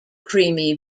creamy